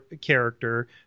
character